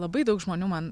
labai daug žmonių man